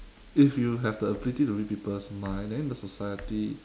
if you have the ability to read people's mind then the society